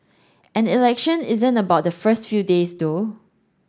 an election isn't about the first few days though